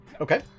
Okay